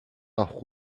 авах